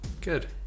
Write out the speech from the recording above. good